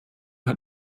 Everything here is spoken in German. hat